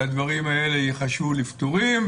שהדברים האלה ייחשבו לפתורים,